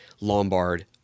Lombard